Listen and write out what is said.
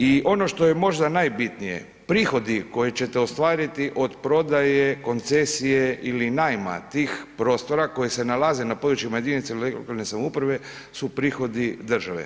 I ono što je možda najbitnije, prihodi koje ćete ostvariti od prodaje, koncesije ili najma tih prostora koji se nalaze na području jedinice lokalne samouprave su prihodi države.